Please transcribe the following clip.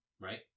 Right